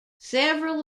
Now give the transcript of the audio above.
several